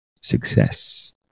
success